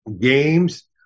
games